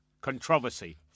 controversy